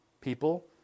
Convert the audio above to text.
people